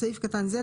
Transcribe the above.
בסעיף קטן זה,